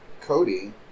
Cody